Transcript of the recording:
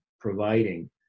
providing